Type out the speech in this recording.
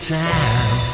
time